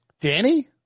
Danny